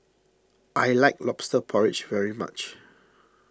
I like Lobster Porridge very much